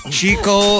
Chico